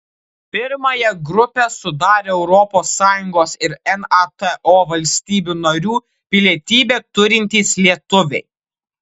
pirmąją grupę sudarę europos sąjungos ir nato valstybių narių pilietybę turintys lietuviai